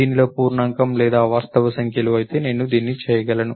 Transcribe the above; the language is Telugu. దీనిలో పూర్ణాంకం లేదా వాస్తవ సంఖ్యలు అయితే నేను దీన్ని చేయగలను